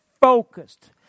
focused